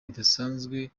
bidasanzwe